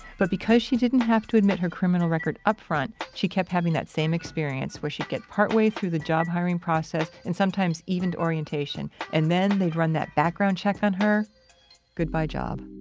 but because she didn't have to admit her criminal record upfront, she kept having that same experience where she'd get partway through the job hiring process and sometimes even to orientation and then they'd run that background check on her goodbye job.